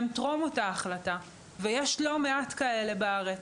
שהם טרום אותה ההחלטה, ויש לא מעט כאלה בארץ.